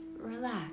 relax